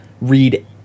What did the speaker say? read